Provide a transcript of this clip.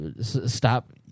stop